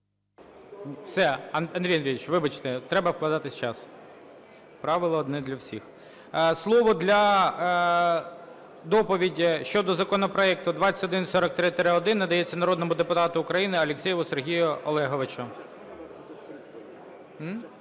Все. Андрію Андрійовичу, вибачте, треба вкладатися в час, правило одне для всіх. Слово для доповіді щодо законопроекту 2143-1 надається народному депутату України Алєксєєву Сергію Олеговичу.